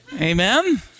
Amen